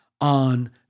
on